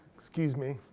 excuse me,